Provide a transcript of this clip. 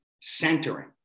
centering